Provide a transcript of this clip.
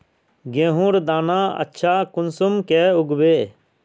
गेहूँर दाना अच्छा कुंसम के उगबे?